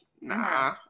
nah